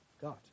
God